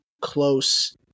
close